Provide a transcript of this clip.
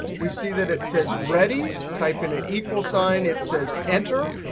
we see that it says ready. type in an equals sign. it says enter.